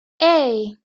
hey